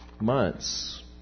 months